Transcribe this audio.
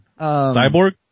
cyborg